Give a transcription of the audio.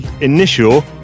initial